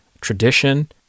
tradition